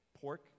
Pork